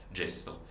gesto